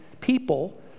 people